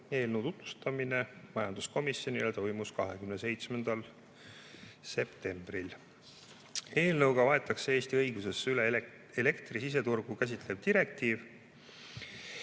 Eelnõu tutvustamine majanduskomisjonile toimus 27. septembril. Eelnõuga võetakse Eesti õigusesse üle elektri siseturgu käsitlev direktiiv.